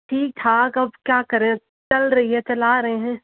ठीक ठाक अब क्या करें चल रही है चला रहे हैं